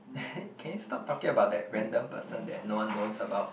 can you stop talking about that random person that no one knows about